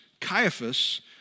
Caiaphas